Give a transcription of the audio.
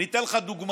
אני אתן לך דוגמה.